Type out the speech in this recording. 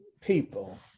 people